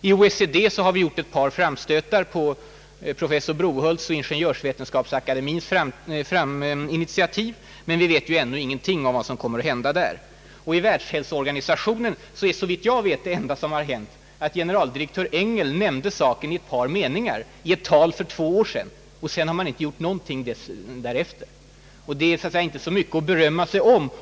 I OECD har vi gjort ett par framstötar på professor Brohults och Ingeniörsvetenskapsakademiens initiativ, men vi vet ännu ingenting om vad som kommer att hända där. I Världshälsoorganisationen är, såvitt jag vet, det enda som har hänt att generaldirektör Engel i ett tal för två år sedan nämnde saken med ett par meningar. Därefter har man inte gjort någonting. Det är inte så mycket att berömma sig över.